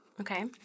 Okay